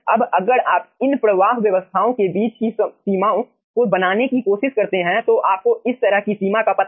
अब अगर आप इन प्रवाह व्यवस्थाओं के बीच की सीमाओं को बनाने की कोशिश करते हैं तो आपको इस तरह की सीमा का पता चल जाएगा